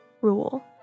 rule